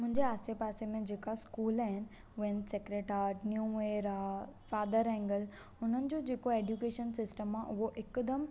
मुंहिंजे आसे पासे में जेका स्कूल आहिनि उहे आहिनि Sacred Heart New Era Father एंगल हुननि जो जेको एड्युकेशन सिस्टम आहे उहो हिकदमि